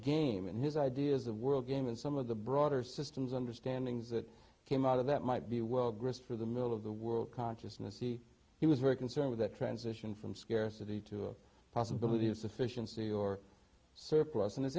game and his ideas the world game and some of the broader systems understandings that came out of that might be well grist for the middle of the world consciousness see he was very concerned with that transition from scarcity to a possibility of sufficiency or surplus and it's